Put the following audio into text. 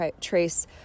trace